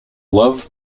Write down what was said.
love